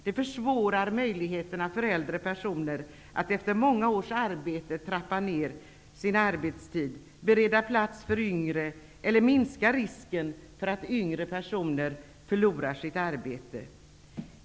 De försvårar möjligheterna för äldre personer att efter många års arbete trappa ner sin arbetstid, bereda plats för yngre eller minska risken för att yngre personer förlorar sitt arbete.